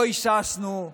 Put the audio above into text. לא היססנו.